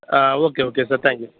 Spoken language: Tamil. ah okay okay sir thank you